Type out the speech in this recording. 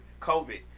COVID